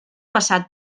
passat